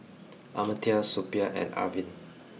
Amartya Suppiah and Arvind